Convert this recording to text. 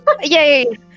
Yay